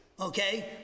okay